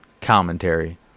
commentary